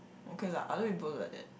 okay lah other people look like that